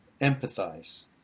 empathize